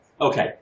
okay